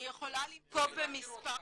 אני יכולה לנקוב במספר,